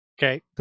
Okay